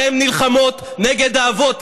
אתן נלחמות נגד האבות.